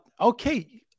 Okay